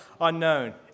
unknown